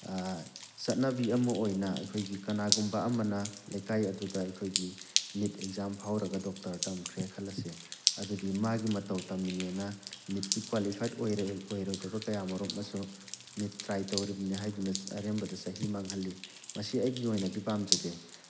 ꯆꯠꯅꯕꯤ ꯑꯃ ꯑꯣꯏꯅ ꯑꯩꯈꯣꯏꯒꯤ ꯀꯅꯥꯒꯨꯝꯕ ꯑꯃꯅ ꯂꯩꯀꯥꯏ ꯑꯗꯨꯗ ꯑꯩꯈꯣꯏꯒꯤ ꯅꯤꯠ ꯑꯦꯛꯖꯥꯝ ꯐꯥꯎꯔꯒ ꯗꯣꯛꯇꯔ ꯇꯝꯈ꯭ꯔꯦ ꯈꯜꯂꯁꯤ ꯑꯗꯨꯗꯤ ꯃꯥꯒꯤ ꯃꯇꯧ ꯇꯝꯃꯤꯅꯦꯅ ꯅꯤꯠꯀꯤ ꯀ꯭ꯌꯥꯂꯤꯐꯥꯏꯠ ꯑꯣꯏꯔꯣꯏꯗꯕ ꯀꯌꯥ ꯃꯔꯨꯝ ꯑꯃꯁꯨ ꯅꯤꯠ ꯇ꯭ꯔꯥꯏ ꯇꯧꯔꯤꯕꯅꯤ ꯍꯥꯏꯗꯨꯅ ꯑꯔꯦꯝꯕꯗ ꯆꯍꯤ ꯃꯥꯡꯍꯜꯂꯤ ꯃꯁꯤ ꯑꯩꯒꯤ ꯑꯣꯏꯅꯗꯤ ꯄꯥꯝꯖꯗꯦ